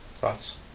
thoughts